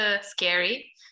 scary